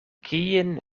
kien